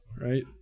right